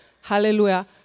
hallelujah